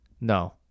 No